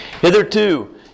Hitherto